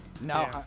No